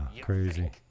crazy